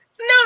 No